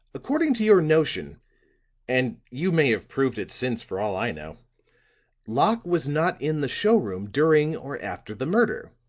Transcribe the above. according to your notion and you may have proved it since, for all i know locke was not in the showroom during or after the murder.